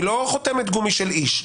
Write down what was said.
אני לא חותמת גומי של איש.